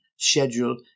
schedule